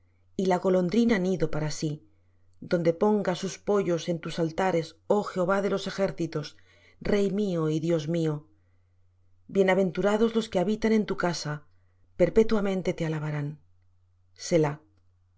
y la golondrina nido para sí donde ponga sus pollos en tus altares oh jehová de los ejércitos rey mío y dios mío bienaventurados los que habitan en tu casa perpetuamente te alabarán